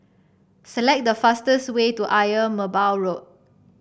select the fastest way to Ayer Merbau Road